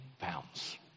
pounds